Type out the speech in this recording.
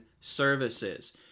services